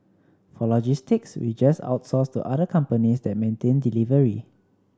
for logistics we just outsource to other companies that maintain delivery